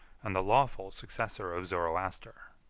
and the lawful successor of zoroaster.